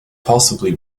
possibly